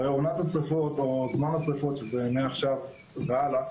עונת השריפות שהיא מעכשיו והלאה,